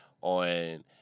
on